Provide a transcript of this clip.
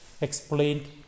explained